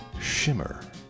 Shimmer